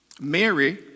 Mary